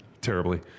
Terribly